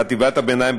בחטיבת הביניים,